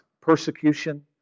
Persecution